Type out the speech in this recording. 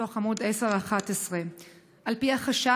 מתוך עמ' 10 11. "על פי החשד,